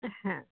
হ্যাঁ